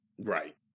Right